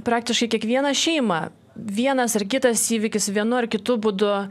praktiškai kiekvieną šeimą vienas ar kitas įvykis vienu ar kitu būdu